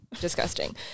disgusting